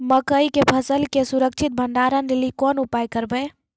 मकई के फसल के सुरक्षित भंडारण लेली कोंन उपाय करबै?